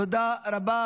תודה רבה.